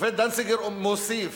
השופט דנציגר מוסיף: